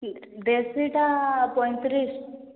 ଦେଶୀଟା ପଇଁତିରିଶ